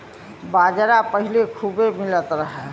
बाजरा पहिले खूबे मिलत रहे